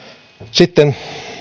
sitten